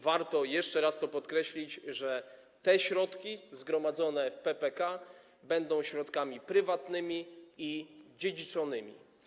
Warto jeszcze raz to podkreślić, że te środki zgromadzone w PPK będą środkami prywatnymi i dziedziczonymi.